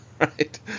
right